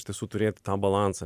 iš tiesų turėti tą balansą